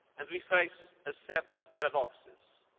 and we face a set of paradoxes.